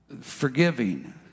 forgiving